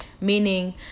meaning